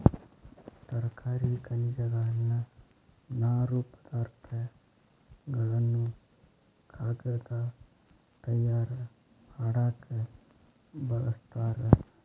ತರಕಾರಿ ಖನಿಜಗಳನ್ನ ನಾರು ಪದಾರ್ಥ ಗಳನ್ನು ಕಾಗದಾ ತಯಾರ ಮಾಡಾಕ ಬಳಸ್ತಾರ